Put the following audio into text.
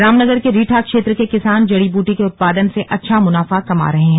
रामनगर के रीठा क्षेत्र के किसान जड़ी बूटी के उत्पादन से अच्छा मुनाफा कमा रहे हैं